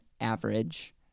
average